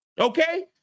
Okay